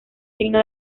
signo